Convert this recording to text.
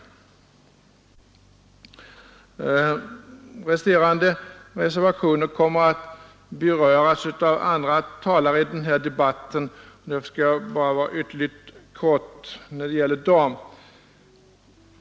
Resterande reservationer kommer att behandlas av andra talare i denna debatt, och därför skall jag ytterligt kort beröra dem.